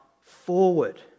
forward